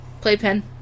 Playpen